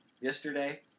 yesterday